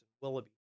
Willoughby